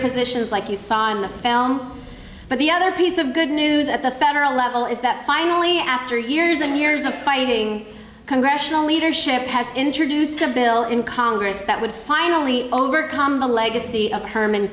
positions like you saw in the film but the other piece of good news at the federal level is that finally after years and years of fighting congressional leadership has introduced a bill in congress that would finally overcome the legacy of herman